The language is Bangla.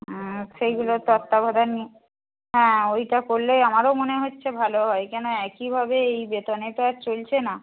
সেইগুলোর তত্ত্বাবধান নিয়ে হ্যাঁ ওইটা করলে আমারও মনে হচ্ছে ভালো হয় কেন একইভাবে এই বেতনে তো আর চলছে না